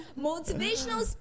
Motivational